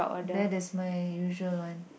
that is my usual one